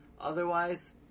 Otherwise